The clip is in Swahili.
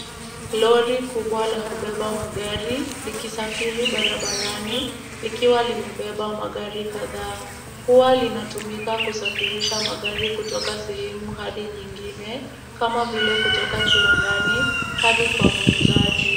Lori kubwa la kubeba magari, likisafiri barabarani likiwa limebeba magari kadhaa. Huwa linatumika kusafirisha magari kutoka sehemu hadi nyingine, kama vile kutoka kiwandani hadi kwa muuzaji.